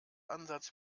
ansatz